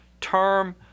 term